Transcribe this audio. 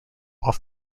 off